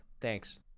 Thanks